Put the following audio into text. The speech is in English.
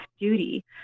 duty